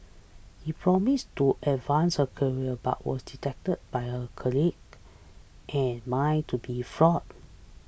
he promised to advance her career but was detected by her colleagues and mind to be fraud